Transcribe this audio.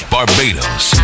Barbados